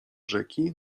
rzeki